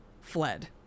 fled